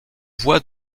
voit